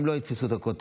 הם לא יתפסו את הכותרות,